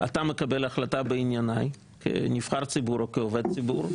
אחר כך נעשה גם של עובדי ציבור.